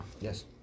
Yes